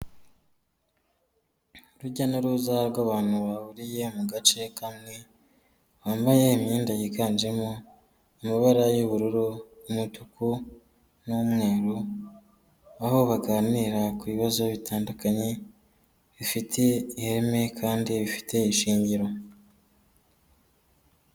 Urujya n'uruza rw'abantu bahuriye mu gace kamwe bambaye imyenda yiganjemo amabara y'ubururu, umutuku n'umweru. Aho baganira ku bibazo bitandukanye bifite ireme kandi bifite ishingiro.